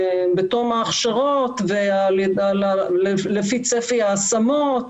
בתום ההכשרות ולפי צפי ההשמות,